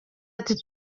ati